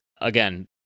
again